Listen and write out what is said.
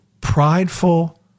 prideful